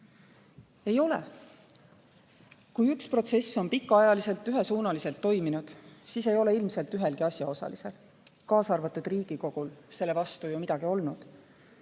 Ei ole. Kui üks protsess on pikaajaliselt ühesuunaliselt toiminud, siis ei ole ilmselt ühelgi asjaosalisel, kaasa arvatud Riigikogul, selle vastu midagi olnud.